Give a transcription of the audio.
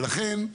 לכן,